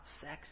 sex